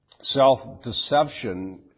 self-deception